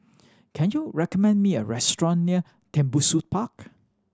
can you recommend me a restaurant near Tembusu Park